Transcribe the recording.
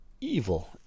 evil